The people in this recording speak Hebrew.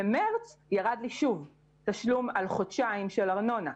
במרץ ירד שוב תשלום על חודשיים של ארנונה.